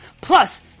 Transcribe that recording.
plus